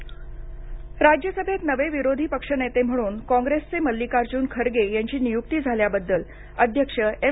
नायड खरगे राज्यसभेत नवे विरोधी पक्ष नेते म्हणून काँग्रेसचे मल्लिकार्जून खरगे यांची नियुक्ती झाल्याबद्दल अध्यक्ष एम